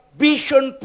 vision